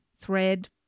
thread